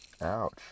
Ouch